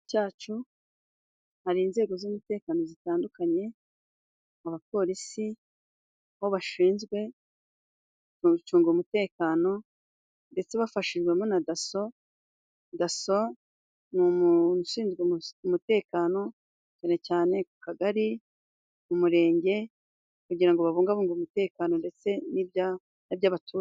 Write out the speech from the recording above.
Cyacu hari inzego z'umutekano zitandukanye. Abapolisi bo bashinzwe mu gucunga umutekano ndetse bafashijwemo na daso. Daso ni umuntu ushinzwe umutekano cyane cyane ku Kagari, mu Murenge kugira ngo babungabunge umutekano ndetse n'iby'abaturage.